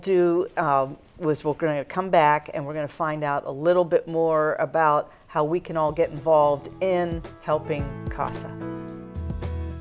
do was will come back and we're going to find out a little bit more about how we can all get involved in helping